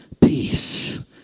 peace